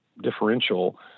differential